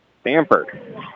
Stanford